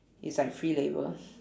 it's like free labour